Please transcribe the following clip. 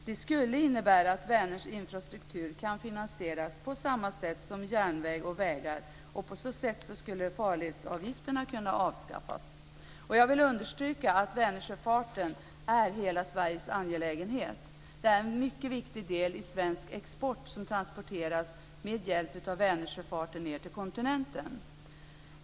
Det skulle innebära att Vänerns infrastruktur kan finansieras på samma sätt som järnvägar och vägar. På så sätt skulle farledsavgifterna kunna avskaffas. Jag vill understryka att Vänersjöfarten är hela Sveriges angelägenhet. Den är en mycket viktig del i den svenska exporten som går via Vänersjöfarten ned till kontinenten.